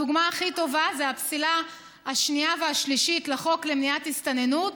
הדוגמה הכי טובה זה הפסילה השנייה והשלישית לחוק למניעת הסתננות.